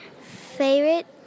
favorite